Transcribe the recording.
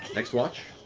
next watch?